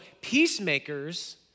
peacemakers